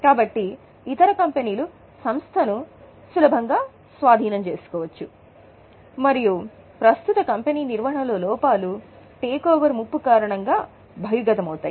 కాబట్టి ఇతర కంపెనీలు సంస్థను స్వాధీనం చేసుకోవచ్చు మరియు ప్రస్తుత కంపెనీ నిర్వహణ లో లోపాలు టేకోవర్ ముప్పు కారణంగా బహిర్గతమవుతాయి